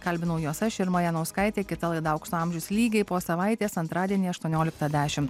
kalbinau juos aš irma janauskaitė kita laida aukso amžius lygiai po savaitės antradienį aštuonioliktą dešimt